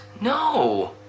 No